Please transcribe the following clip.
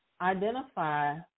identify